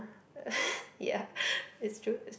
ya it's true it's